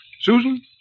Susan